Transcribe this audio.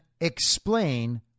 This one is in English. explain